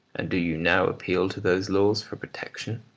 and do you now appeal to those laws for protection?